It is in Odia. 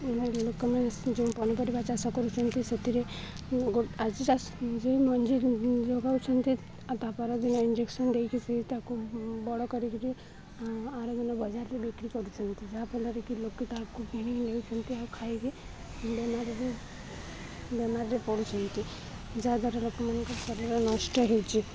ଲୋକମାନେ ଯେଉଁ ପନିପରିବା ଚାଷ କରୁଛନ୍ତି ସେଥିରେ ଆଜି ଚାଷ ଯେଉଁ ମଞ୍ଜି ଯୋଗାଉଛନ୍ତି ଆଉ ତାପର ଦିନ ଇଞ୍ଜେକ୍ସନ ଦେଇକି ସେ ତାକୁ ବଡ଼ କରିକିରି ଆର ଦିନ ବଜାରରେ ବିକ୍ରି କରୁଛନ୍ତି ଯାହାଫଳରେ କି ଲୋକେ ତାକୁ କିଣି ନେଉଛନ୍ତି ଆଉ ଖାଇକି ବେମାରରେ ବେମାରରେ ପଡ଼ୁଛନ୍ତି ଯାହାଦ୍ୱାରା ଲୋକମାନଙ୍କ ଶରୀର ନଷ୍ଟ ହେଉଛି